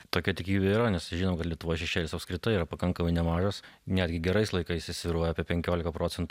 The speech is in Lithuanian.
tokia tikimybė yra nes žinom kad lietuvoje šešėlis apskritai yra pakankamai nemažas netgi gerais laikais jis svyruoja apie penkiolika procentų